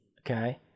okay